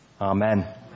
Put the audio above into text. Amen